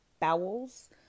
bowels